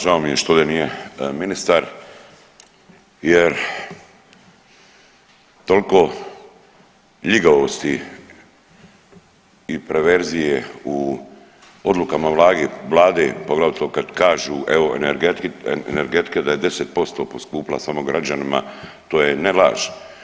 Žao mi je što ovdje nije ministar, jer toliko ljigavosti i perverzije u odlukama Vlade poglavito kad kažu evo energetika da je 10% poskupila samo građanima to je ne laž.